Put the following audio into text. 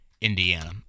Indiana